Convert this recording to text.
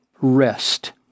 rest